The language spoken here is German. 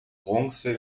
bronze